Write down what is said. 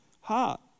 heart